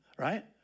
Right